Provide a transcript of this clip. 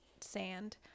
sand